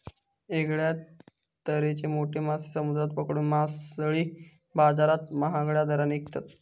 वेगळ्या तरेचे मोठे मासे समुद्रात पकडून मासळी बाजारात महागड्या दराने विकतत